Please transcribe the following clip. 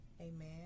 Amen